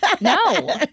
No